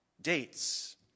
dates